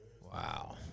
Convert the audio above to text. Wow